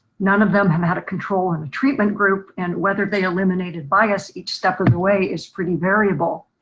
none of them had a control and treatment group and whether they eliminated bias each step of the way is pretty variable.